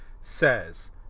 says